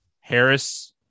harris